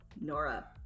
Nora